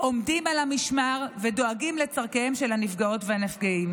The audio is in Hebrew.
עומדות על המשמר ודואגות לצורכיהם של הנפגעות והנפגעים.